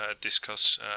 discuss